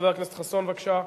חבר הכנסת ישראל חסון, בבקשה.